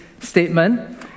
statement